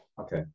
Okay